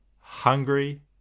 hungry